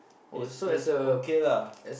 it's it's okay lah